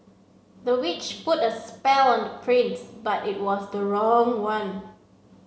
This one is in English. the witch put a spell on the prince but it was the wrong one